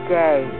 day